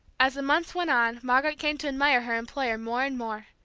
as the months went on margaret came to admire her employer more and more.